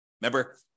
Remember